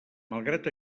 malgrat